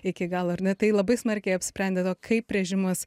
iki galo ar ne tai labai smarkiai apsprendė to kaip režimas